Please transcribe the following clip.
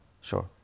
Sure